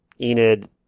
Enid